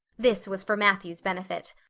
this was for matthew's benefit.